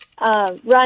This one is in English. run